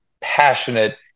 passionate